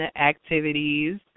activities